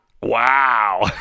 Wow